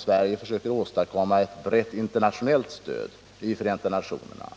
Sverige försöker också åstadkomma att brett internationellt stöd i Förenta nationerna.